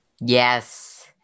Yes